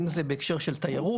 אם זה בהקשר של תיירות